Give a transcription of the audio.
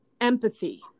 empathy